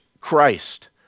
Christ